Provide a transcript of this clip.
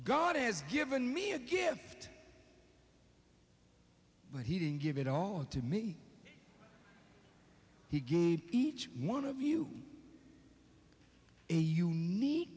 god has given me a gift but he didn't give it all to me he gave each one of you